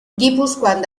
gipuzkoan